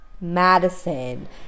Madison